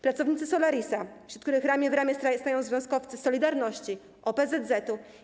Pracownicy Solarisa, wśród których ramię w ramię stają związkowcy z „Solidarności” i OPZZ-u